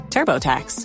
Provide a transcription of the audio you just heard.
TurboTax